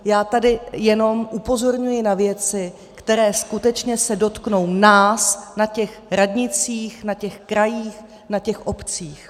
Já tady jenom upozorňuji na věci, které se skutečně dotknou nás na těch radnicích, na těch krajích, na těch obcích.